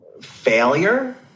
failure